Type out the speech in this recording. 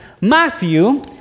Matthew